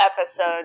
episode